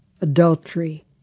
adultery